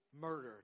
murdered